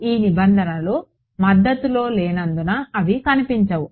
ఈ నిబంధనలు మద్దతులో లేనందున అవి కనిపించవు